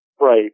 Right